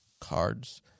cards